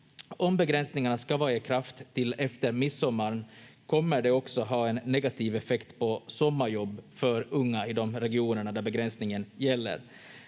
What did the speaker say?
Om begränsningarna ska vara i kraft till efter midsommaren kommer det också ha en negativ effekt på sommarjobb för unga i de här regionerna där begränsningen gäller.